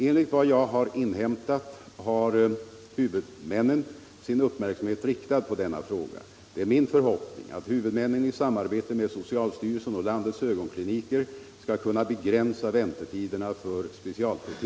Enligt vad jag inhämtat har huvudmännen sin uppmärksamhet riktad på denna fråga. Det är min förhoppning att. I huvudmännen i samarbete med socialstyrelsen och landets ögonkliniker — Om vidgad rätt till skall kunna begränsa väntetiderna för specialproteser.